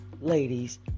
ladies